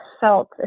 felt